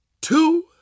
two